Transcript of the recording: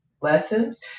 lessons